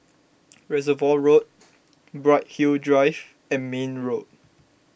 Reservoir Road Bright Hill Drive and Mayne Road